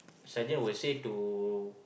sergeant will say to